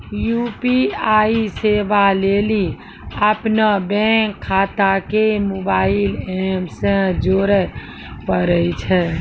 UPI सेबा लेली अपनो बैंक खाता के मोबाइल एप से जोड़े परै छै